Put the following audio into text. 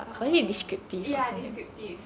err ya descriptive